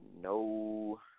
No